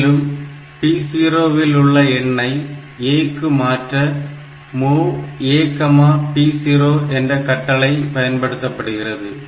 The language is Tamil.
மேலும் P0 இல் உள்ள எண்ணை A க்கு மாற்ற MOV AP0 என்ற கட்டளை பயன்படுத்தப்படுகிறது